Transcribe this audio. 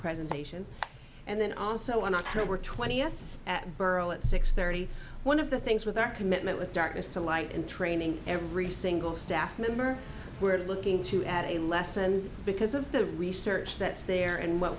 presentation and then also on october twentieth at boro at six thirty one of the things with our commitment with darkness to light and training every single staff member we're looking to add a lesson because of the research that's there and what